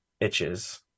itches